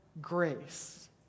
grace